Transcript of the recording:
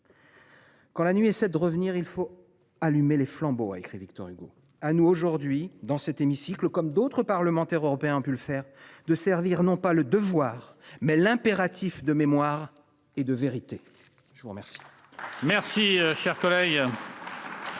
Quand la nuit c'est de revenir, il faut allumer les flambeaux a écrit Victor Hugo à nous aujourd'hui dans cet hémicycle, comme d'autres parlementaires européens pu le faire de servir non pas le devoir mais l'impératif de mémoire et de vérité. Je vous remercie.